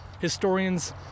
historians